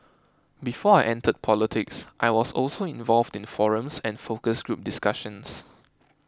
before I entered politics I was also involved in forums and focus group discussions